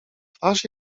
twarz